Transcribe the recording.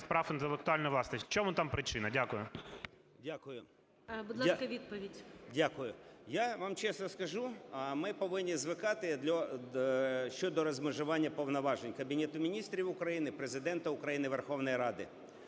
прав інтелектуальної власності? В чому там причина? Дякую. ГОЛОВУЮЧИЙ. Будь ласка, відповідь. 12:58:13 СПІВАКОВСЬКИЙ О.В. Дякую. Я вам чесно скажу, ми повинні звикати щодо розмежування повноважень Кабінету Міністрів України, Президента України, Верховної Ради.